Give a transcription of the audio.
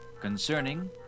concerning